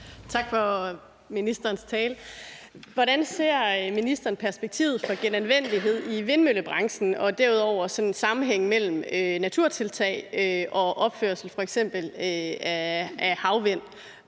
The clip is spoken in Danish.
Tak for ministerens tale. Hvordan ser ministeren perspektivet for genanvendelighed i vindmøllebranchen og derudover sammenhængen mellem naturtiltag og opførelse af f.eks.